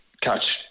catch